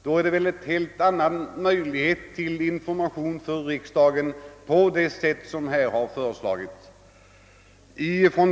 Riksdagen får helt tillräckliga möjligheter till information genom det sätt som här föreslagits.